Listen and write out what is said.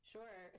Sure